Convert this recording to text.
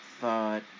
thought